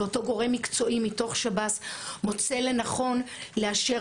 אם הגורם המקצועי מתוך שב"ס מוצא לנכון הוא יכול לאשר